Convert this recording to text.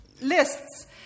lists